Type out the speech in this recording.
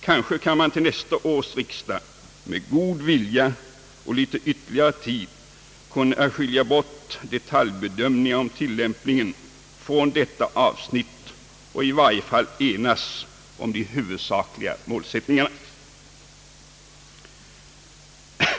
Kanske skall man till nästa års riksdag med god vilja och litet ytterligare tid kunna skilja bort detaljbedömningar om tillämpningen från detta avsnitt och i varje fall enas om de huvudsakliga målsättningarna.